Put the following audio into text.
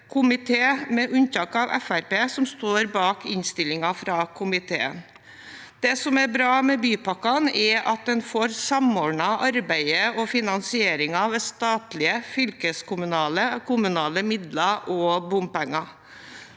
komité, med unntak av Fremskrittspartiet, som står bak innstillingen fra komiteen. Det som er bra med bypakkene, er at en får samordnet arbeidet og finansieringen med statlige, fylkeskommunale og kommunale midler og bompenger.